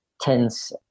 tense